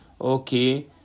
okay